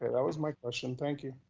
that was my question, thank you.